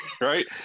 right